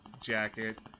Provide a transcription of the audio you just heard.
jacket